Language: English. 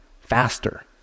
faster